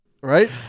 right